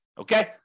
Okay